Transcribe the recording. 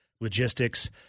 logistics